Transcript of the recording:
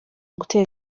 guteza